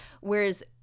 Whereas